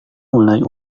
mulai